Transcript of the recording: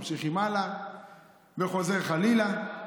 ממשיכים הלאה וחוזר חלילה.